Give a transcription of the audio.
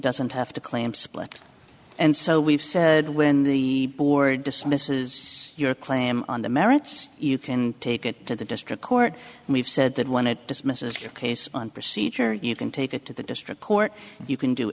doesn't have to claim split and so we've said when the board dismisses your claim on the merits you can take it to the district court and we've said that when it dismisses your case on procedure you can take it to the district court you can do